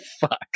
fuck